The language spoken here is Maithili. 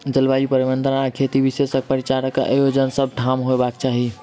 जलवायु परिवर्तन आ खेती विषयक परिचर्चाक आयोजन सभ ठाम होयबाक चाही